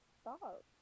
stop